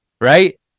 Right